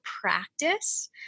practice